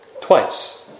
Twice